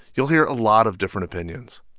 you'll hear a lot of different opinions.